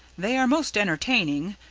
they are most entertaining.